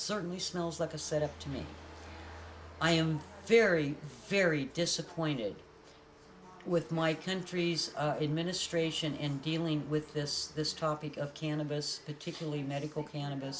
certainly smells like a set up to me i am very very disappointed with my country's in ministration in dealing with this this topic of cannabis particularly medical can